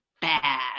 bad